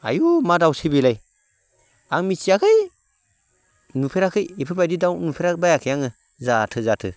आयु मा दाउसै बेलाय आं मिथियाखै नुफेराखै इफोरबायदि दाउ नुफेरबायाखै आङो जाथो जाथो